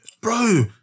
Bro